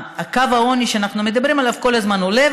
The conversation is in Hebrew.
קו העוני שאנחנו מדברים עליו כל הזמן עולה,